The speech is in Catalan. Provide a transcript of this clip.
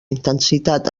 intensitat